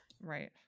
Right